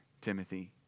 Timothy